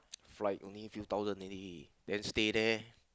flight only few thousand already then stay there